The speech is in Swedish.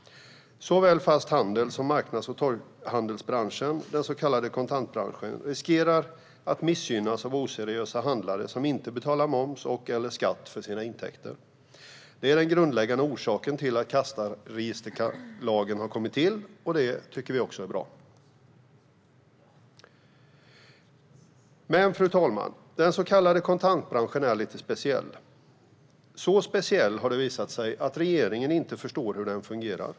Såväl fast handel som marknads och torghandelsbranschen, den så kallade kontantbranschen, riskerar att missgynnas av oseriösa handlare som inte betalar moms och skatt på sina intäkter. Det är den grundläggande orsaken till att kassaregisterlagen har kommit till, och det tycker vi är bra. Men, fru talman, den så kallade kontantbranschen är lite speciell. Det har visat sig att den är så speciell att regeringen inte förstår hur den fungerar.